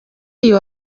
iyo